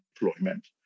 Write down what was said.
deployment